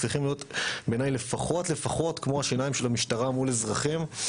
צריכות להיות לפחות לפחות כמו השיניים של המשטרה מול אזרחים,